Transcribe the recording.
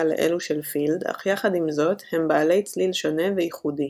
לאלו של פילד אך יחד עם זאת הם בעלי צליל שונה וייחודי.